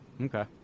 Okay